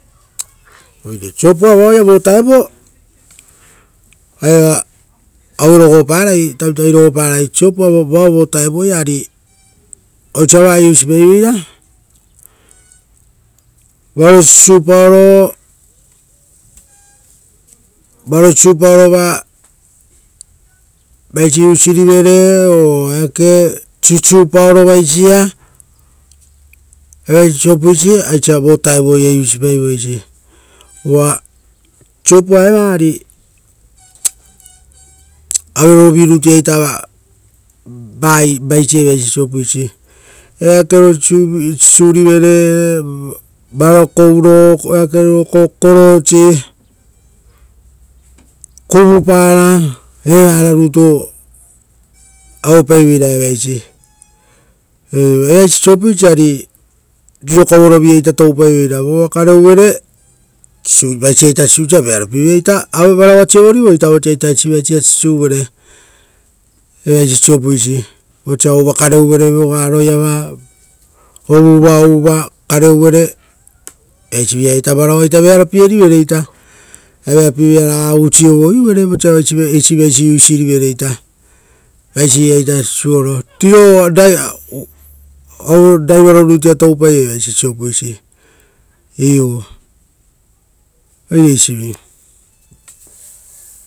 Oire sisiupa vaoia vovutaoiava, oaiava tavitavi rogo parai sisiupa vaoia vo vutaoia ora oisio osia vaia sisiupai. Vaia varoara sisiurivere ora sisiuvere vaisi-ia. Evaisi sisupaisi aisia ia evo kovoro purapai, eisi. Uva vaisi evaisi sisiupaisi, aisiaia averovi-rutu, eakero sisiurivere, varo kouro, eakero, korosi, kuvupara. Evara rutu sisiupaiveira evaisi. Oire evaisi. Sisiupaisi ari riro kovorovi-iaita toupaiveira vosa uvavuva kareuvere, vaisi-iaita sisiusia. vearopievira ita varaua siovorivere, ra vearopievira raga usi vosa eisi vaisia sisiuvere. Riro raivaro rutuia toupai evaisi.